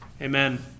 Amen